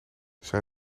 zijn